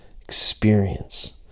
experience